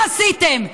מה עשיתם?